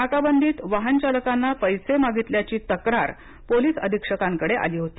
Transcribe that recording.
नाकाबंदीत वाहनचालकांना पैसे मागितल्याची तक्रार पोलीस अधीक्षकांकडे आली होती